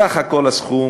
סך הכול הסכום